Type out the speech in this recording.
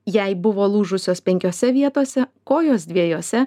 jai buvo lūžusios penkiose vietose kojos dviejose